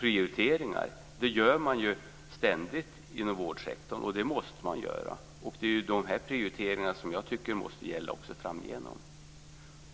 Prioriteringar gör man ständigt inom vårdsektorn, och det måste man göra också framgent.